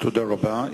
תודה רבה.